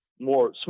more